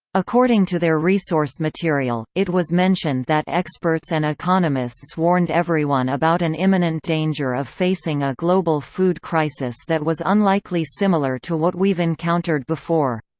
according to their resource material it was mentioned that experts and economists warned everyone about an imminent danger of facing a global food crisis that was unlikely similar to what we've encountered before.